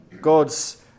God's